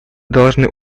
должны